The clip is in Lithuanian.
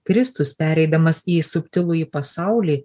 kristus pereidamas į subtilųjį pasaulį